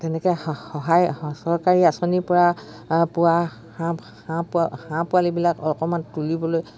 তেনেকৈ সহায় চৰকাৰী আঁচনিৰপৰা পোৱা হাঁহ হাঁহ হাঁহ পোৱালিবিলাক অকণমান তুলিবলৈ